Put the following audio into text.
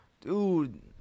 dude